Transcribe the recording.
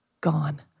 Gone